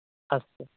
अस्तु